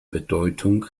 bedeutung